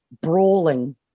brawling